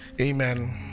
amen